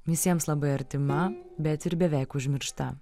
visiems labai artima bet ir beveik užmiršta